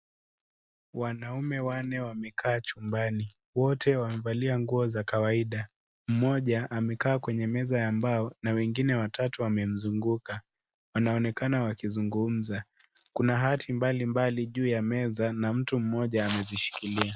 Wanaume wanne wamekaa chumbani wote wamevalia nguo za kawaida mmoja amekaa kwenye meza ya mbao, na wengine watatu wamemzunguka wanaonekana wakizungumza kuna hathi mbali mbali juu ya meza na mtu mmoja amezishikilia.